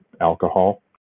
alcohol